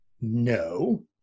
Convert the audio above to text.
No